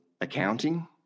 accounting